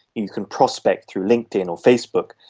you can prospect through linkedin or facebook,